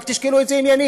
רק תשקלו את זה עניינית.